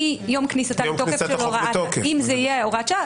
אם זה יהיה הוראת שעה,